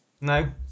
No